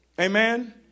Amen